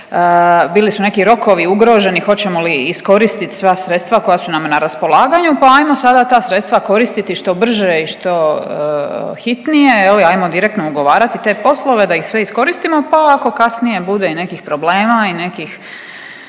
bili su neki rokovi ugroženi, hoćemo li iskoristit sva sredstva koja su nam na raspolaganju pa ajmo sada ta sredstva koristiti što brže i što hitnije, ajmo direktno ugovarati te poslove da ih sve iskoristimo pa ako kasnije bude i nekih problema i nekih,